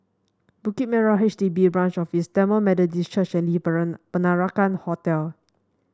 Bukit Merah H D B Branch Office Tamil Methodist Church and Le Peranakan Hotel